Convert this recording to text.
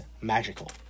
magical